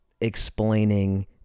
explaining